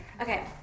Okay